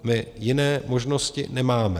My jiné možnosti nemáme.